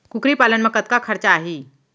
कुकरी पालन म कतका खरचा आही?